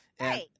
Right